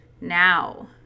now